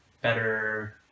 better